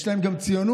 יש להם גם ציונות,